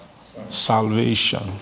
salvation